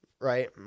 right